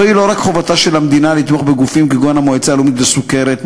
זוהי לא רק חובתה של המדינה לתמוך בגופים כגון המועצה הלאומית לסוכרת,